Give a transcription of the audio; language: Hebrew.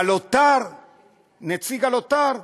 הלוט"ר נציג הלוט"ר,